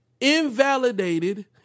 invalidated